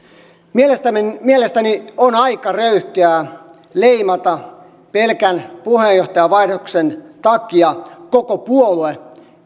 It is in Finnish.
mielestäni on aika röyhkeää leimata pelkän puheenjohtajavaihdoksen takia koko puolue